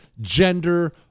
gender